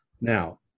Now